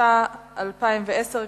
התש"ע 2010,